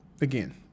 Again